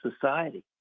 society